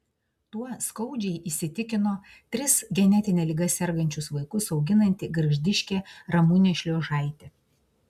tuo skaudžiai įsitikino tris genetine liga sergančius vaikus auginanti gargždiškė ramunė šliuožaitė